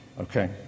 okay